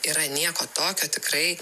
yra nieko tokio tikrai